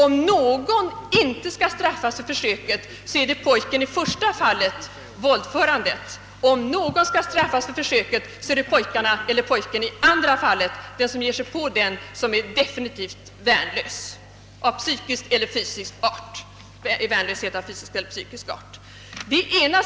Om någon inte skall straffas för försöket är det pojken i första fallet, och om någon skall straffas för försöket i det andra fallet är det pojkarna som ger sig på den som är definitivt värnlös, psykiskt eller fysiskt.